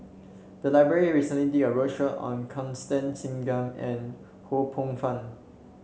the library recently did a roadshow on Constance Singam and Ho Poh Fun